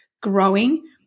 growing